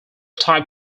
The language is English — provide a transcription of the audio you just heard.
type